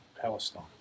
Palestine